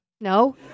No